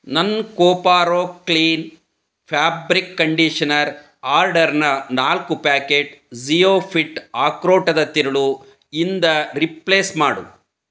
ನನ್ನ ಕೊಪಾರೋ clean fabric conditioner ಆರ್ಡರ್ನ ನಾಲ್ಕು ಪ್ಯಾಕೆಟ್ ಜಿಯೋ ಫಿಟ್ ಆಕ್ರೋಟದ ತಿರುಳು ಇಂದ ರೀಪ್ಲೇಸ್ ಮಾಡು